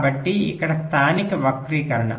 కాబట్టి ఇది స్థానిక వక్రీకరణ